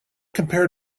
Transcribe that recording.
compare